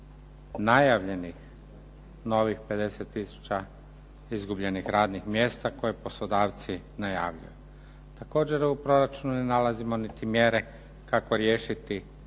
najavljenih novih 50 tisuća izgubljenih radnih mjesta koje poslodavci najavljuju. Također u proračunu ne nalazimo niti mjere kako riješiti